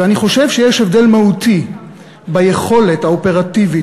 ואני חושב שיש הבדל מהותי ביכולת האופרטיבית,